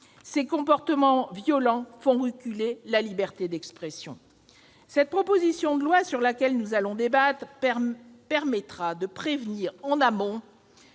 Ces comportements violents font reculer la liberté d'expression. La proposition de loi sur laquelle nous allons débattre permettra non seulement